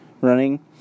running